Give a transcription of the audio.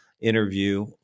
interview